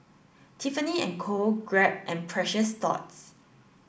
Tiffany and Co Grab and Precious Thots